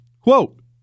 Quote